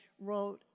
wrote